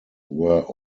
were